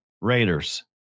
Raiders